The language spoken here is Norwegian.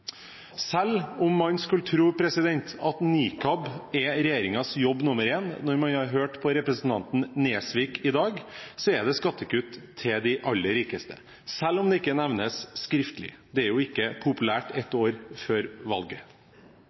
Selv om man skulle tro at nikab er regjeringens jobb nr. én når man hørte representanten Nesvik i dag, så er det skattekutt til de aller rikeste – selv om det ikke nevnes skriftlig. Det er jo ikke populært et år før valget.